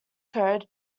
code